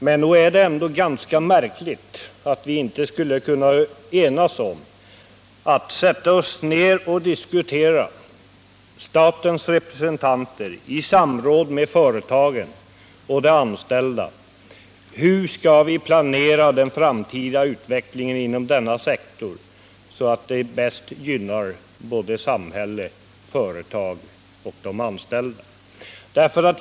Det är ändå underligt att statens representanter i samråd med företagen och de anställda inte skall kunna sätta sig ner och diskutera hur den framtida utvecklingen inom denna sektor skall planeras så att det bäst gynnar samhälle, företag och anställda.